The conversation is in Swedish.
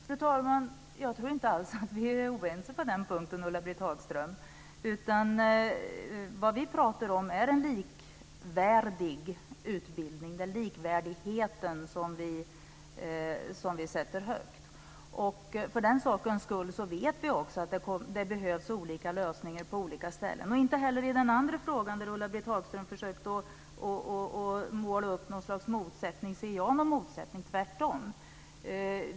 Fru talman! Jag tror inte alls att vi är oense på den punkten, Ulla-Britt Hagström. Vad vi pratar om är en likvärdig utbildning. Det är likvärdigheten som vi sätter högt. För den sakens skull vet vi också att det behövs olika lösningar på olika ställen. Inte heller i den andra fråga där Ulla-Britt Hagström försökte måla upp något slags motsättning ser jag någon motsättning, tvärtom.